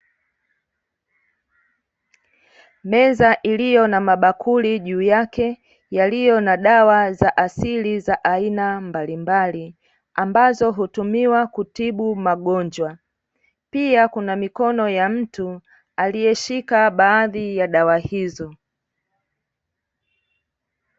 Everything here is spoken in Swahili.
Meza iliyo na mabakuli juu yake, yaliyo na dawa za asili za aina mbalimbali, ambazo hutumiwa kutibu magonjwa; pia kuna mikono ya mtu aliyeshika baadhi ya dawa hizo.